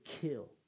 kill